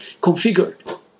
configured